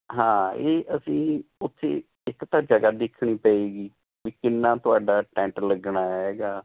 ਹਾਂ ਇਹ ਅਸੀਂ ਉੱਥੇ ਇੱਕ ਤਾਂ ਜਗ੍ਹਾ ਦੇਖਣੀ ਪਏਗੀ ਵੀ ਕਿੰਨਾਂ ਤੁਹਾਡਾ ਟੈਂਟ ਲੱਗਣਾ ਹੈ ਜਾਂ